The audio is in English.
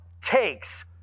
takes